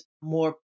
more